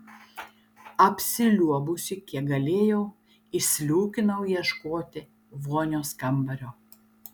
apsiliuobusi kiek galėjau išsliūkinau ieškoti vonios kambario